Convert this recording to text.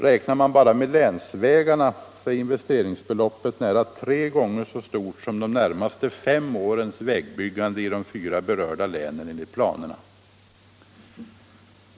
Räknar man bara med länsvägarna är investeringsbeloppet nära tre gånger så stort som de närmaste fem årens vägbyggande i de fyra berörda länen enligt planerna.